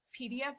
PDF